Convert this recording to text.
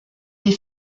des